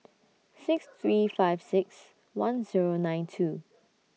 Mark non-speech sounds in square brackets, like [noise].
[noise] six three five six one Zero nine two